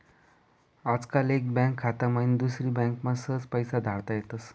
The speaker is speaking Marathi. आजकाल एक बँक खाता माईन दुसरी बँकमा सहज पैसा धाडता येतस